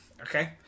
Okay